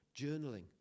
journaling